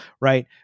Right